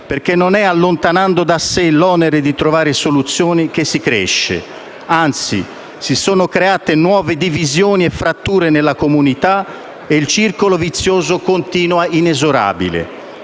perché non è allontanando da sé l'onere di trovare soluzioni che si cresce. Anzi, si sono create nuove divisioni e fratture nella comunità e il circolo vizioso continua inesorabile.